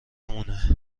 مونه